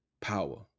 Power